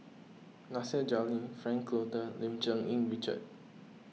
Nasir Jalil Frank Cloutier Lim Cherng Yih Richard